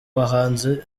bahanzi